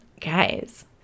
guys